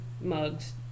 mugs